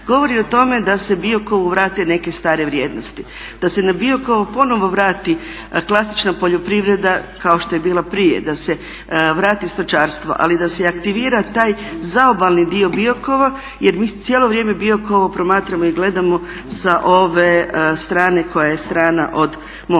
govori o tome da Biokovu vrate neke stare vrijednosti, da se na Biokovo ponovno vrati klasična poljoprivreda kao što je bilo, da se vrati stočarstvo ali i da se aktivira taj zaobalni dio Bikova jer mi cijelo vrijeme Biokovo promatramo i gledamo sa ove strane koja je strana od mora.